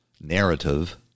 narrative